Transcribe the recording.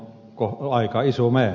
se on aika iso määrä